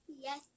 Yes